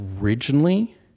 originally